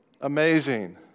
amazing